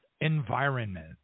environment